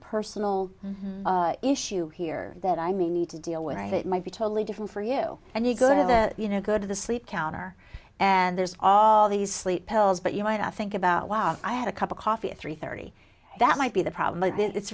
personal issue here that i may need to deal with that might be totally different for you and you go to the you know good the sleep counter and there's all these sleep pills but you might think about wow i had a cup of coffee at three thirty that might be the problem but it